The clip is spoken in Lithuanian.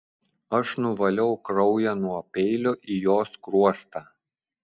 aš nuvaliau kraują nuo peilio į jo skruostą